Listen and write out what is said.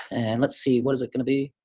and let's see, what is it gonna be?